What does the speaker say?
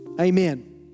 Amen